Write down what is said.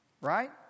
right